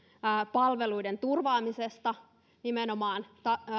palveluiden turvaamisesta nimenomaan